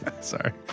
Sorry